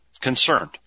Concerned